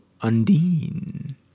Undine